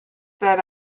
that